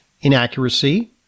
inaccuracy